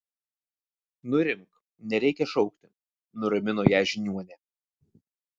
nurimk nereikia šaukti nuramino ją žiniuonė